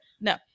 no